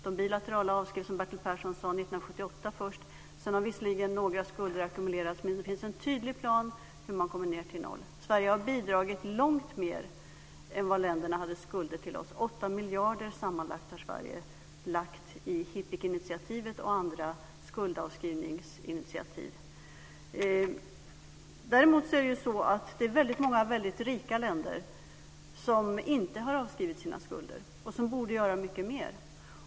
De bilaterala avskrevs, som Bertil Persson sade, år 1978. Sedan dess har visserligen några skulder ackumulerats, men det finns en tydlig plan för hur man ska komma ned till noll. Sverige har bidragit med långt mer än vad u-länderna hade i skulder till oss. Sverige har lagt totalt 8 miljarder till HIPC-initiativet och till andra skuldavskrivningsinitiativ. Däremot har många väldigt rika länder inte avskrivit sina skulder, och de borde göra mycket mer.